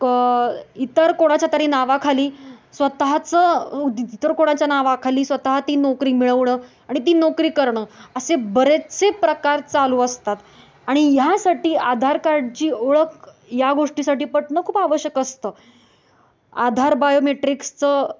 क इतर कोणाच्या तरी नावाखाली स्वतःचं इतर कोणाच्या नावाखाली स्वतः ती नोकरी मिळवणं आणि ती नोकरी करणं असे बरेचसे प्रकार चालू असतात आणि ह्यासाठी आधार कार्डची ओळख या गोष्टीसाठी पटणं खूप आवश्यक असतं आधार बायोमेट्रिक्सचं